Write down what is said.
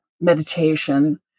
meditation